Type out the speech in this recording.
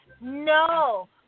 No